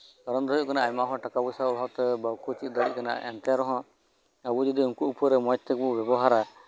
ᱠᱟᱨᱚᱱ ᱫᱚ ᱦᱩᱭᱩᱜ ᱠᱟᱱᱟ ᱟᱭᱢᱟ ᱦᱚᱲ ᱴᱟᱠᱟ ᱯᱚᱭᱥᱟ ᱚᱵᱷᱟᱵ ᱛᱮ ᱵᱟᱠᱚ ᱪᱮᱫ ᱫᱟᱲᱮᱭᱟᱜ ᱠᱟᱱᱟ ᱮᱱᱛᱮᱨᱮᱦᱚᱸ ᱟᱵᱚ ᱡᱚᱫᱤ ᱩᱱᱠᱩ ᱩᱯᱚᱨ ᱨᱮ ᱢᱚᱸᱡ ᱛᱮᱵᱚ ᱵᱮᱵᱚᱦᱟᱨᱟ